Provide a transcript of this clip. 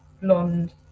blonde